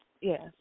Yes